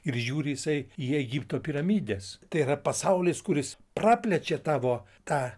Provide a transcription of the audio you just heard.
ir žiūri jisai į egipto piramides tai yra pasaulis kuris praplečia tavo tą